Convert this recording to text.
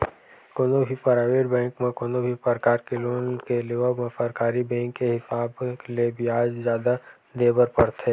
कोनो भी private bank म कोनो भी परकार के लोन के लेवब म सरकारी बेंक के हिसाब ले बियाज जादा देय बर परथे